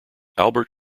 albert